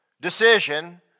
decision